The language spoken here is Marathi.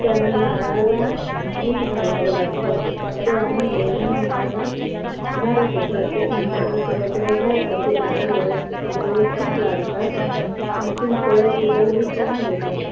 त्यांना नारळाला मीठ घालावं लागतं ते आम्ही महिन्या महिन्याला घालतो प्रत्येक महिन्याला थोडं थोडं घातलं की झाडं व्यव व्यवस्थित वाढतात आणखीन फळं फुलं ही छान देतात